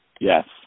Yes